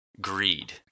greed